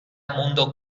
mundo